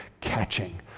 catching